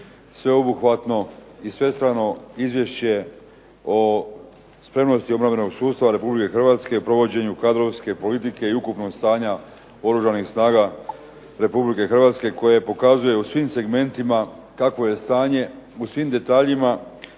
sveobuhvatno i svestrano Izvješće o spremnosti obrambenog sustava RH u provođenju kadrovske politike i ukupnog stanja RH koje pokazuje u svim segmentima kakvo je stanje, u svim detaljima,